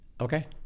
Okay